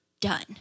done